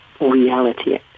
reality